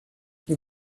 you